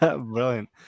brilliant